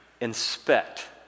Inspect